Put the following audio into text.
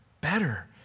Better